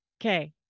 Okay